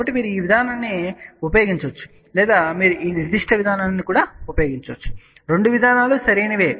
కాబట్టి మీరు ఈ విధానం ను ఉపయోగించవచ్చు లేదా మీరు ఈ నిర్దిష్ట విధానాన్ని ఉపయోగించవచ్చు రెండు విధానాలు సరైనవి